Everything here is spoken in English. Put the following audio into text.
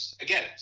again